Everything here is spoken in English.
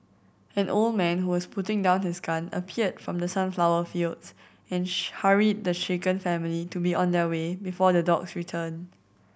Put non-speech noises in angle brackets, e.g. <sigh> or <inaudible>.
an old man who was putting down his gun appeared from the sunflower fields and <unintelligible> hurried the shaken family to be on their way before the dogs return